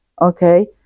okay